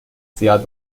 زیاد